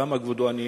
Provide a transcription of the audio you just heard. למה, כבודו, אני